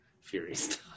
Furious